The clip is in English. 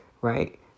right